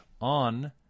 on